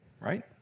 Right